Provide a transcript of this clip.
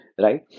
right